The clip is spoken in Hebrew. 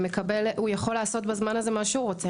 והוא יכול לעשות בזמן הזה מה שהוא רוצה,